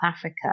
Africa